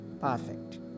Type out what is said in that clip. perfect